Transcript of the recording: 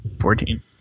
Fourteen